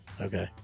Okay